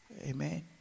Amen